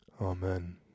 Amen